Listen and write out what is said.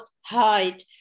hide